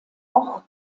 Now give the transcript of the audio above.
ort